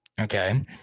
okay